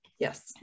Yes